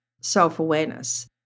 self-awareness